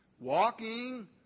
walking